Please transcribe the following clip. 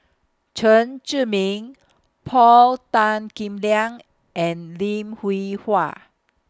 Chen Zhiming Paul Tan Kim Liang and Lim Hwee Hua